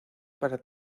para